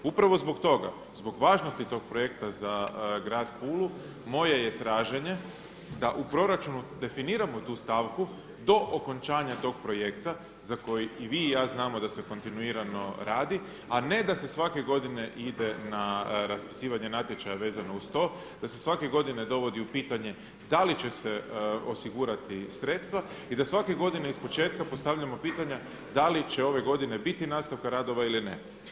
Upravo zbog toga, zbog važnosti tog projekta za grad Pule moje je traženje da u proračunu definiramo tu stavku do okončanja tog projekta za koji i vi i ja znamo da se kontinuirano radi, a ne da se svake godine ide na raspisivanje natječaja vezano uz to, da se svake godine dovodi u pitanje da li će osigurati sredstva i da svake godine iz početka postavljamo pitanja, da li će ove godine biti nastavka radova ili ne.